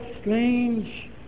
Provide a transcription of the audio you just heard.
strange